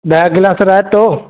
ॾह ग्लास रायतो